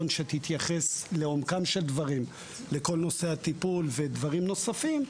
שתתייחס לעומקם של דברים בכל נושא הטיפול ודברים נוספים,